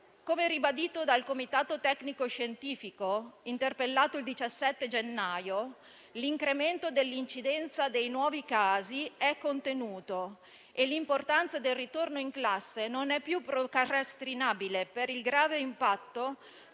Come ribadito dal comitato tecnico-scientifico interpellato il 17 gennaio, l'incremento dell'incidenza dei nuovi casi è contenuto e il ritorno in classe, per la sua importanza, non è più procrastinabile per il grave impatto